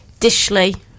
Dishley